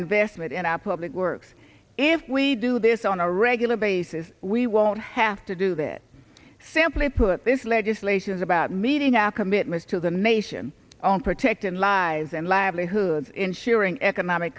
investment in our public works if we do this on a regular basis we won't have to do that simply put this legislation is about meeting our commitments to the nation on protecting lives and livelihoods ensuring economic